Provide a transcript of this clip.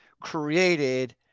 created